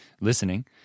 Listening